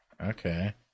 Okay